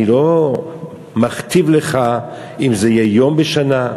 אני לא מכתיב לך אם זה יהיה יום בשנה,